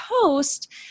post